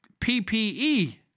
PPE